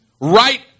right